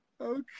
Okay